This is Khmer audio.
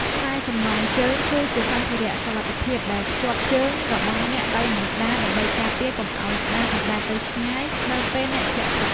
ខ្សែចំណងជើង គឺជាសម្ភារៈសុវត្ថិភាពដែលភ្ជាប់ជើងរបស់អ្នកទៅនឹងក្តារ ដើម្បីការពារកុំឱ្យក្តារអណ្ដែតទៅឆ្ងាយនៅពេលអ្នកធ្លាក់ទឹក។